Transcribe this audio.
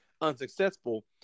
unsuccessful